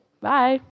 bye